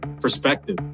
perspective